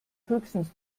höchstens